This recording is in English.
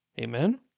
Amen